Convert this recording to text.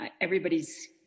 everybody's